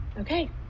okay